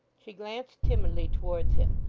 she glanced timidly towards him,